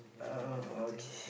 uh okay